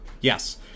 Yes